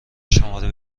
شماره